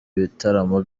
ibitaramo